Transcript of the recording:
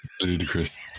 Ludicrous